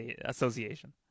Association